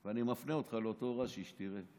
אני מפנה אותך לאותו רש"י כדי שתראה.